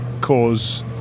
cause